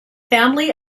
family